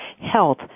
health